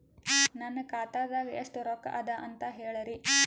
ನನ್ನ ಖಾತಾದಾಗ ಎಷ್ಟ ರೊಕ್ಕ ಅದ ಅಂತ ಹೇಳರಿ?